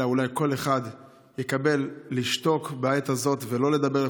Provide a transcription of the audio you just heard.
אלא אולי כל אחד יקבל לשתוק בעת הזאת ולא לדבר,